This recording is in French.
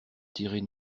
tirez